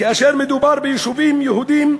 כאשר מדובר ביישובים יהודיים,